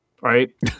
Right